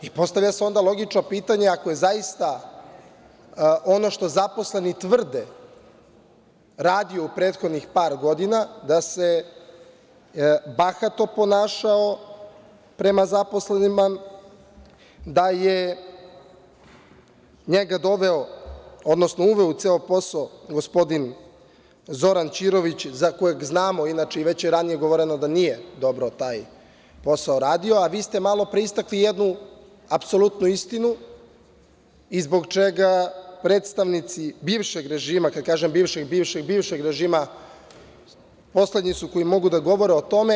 Postavlja se onda logično pitanje, ako je zaista ono što zaposleni tvrde radio u prethodnih par godina, da se bahato ponašao prema zaposlenima, da je njega uveo u ceo posao gospodin Zoran Ćirović, za kojeg znamo i već je ranije govoreno da nije dobro taj posao radio, a vi ste malopre istakli jednu apsolutnu istinu i zbog čega predstavnici bivšeg režima, kad kažem bivšeg, bivšeg, bivšeg režima, poslednji su koji mogu da govore o tome.